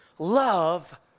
love